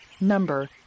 Number